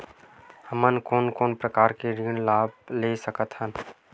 हमन कोन कोन प्रकार के ऋण लाभ ले सकत हन?